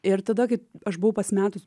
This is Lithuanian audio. ir tada kai aš buvau pasimetus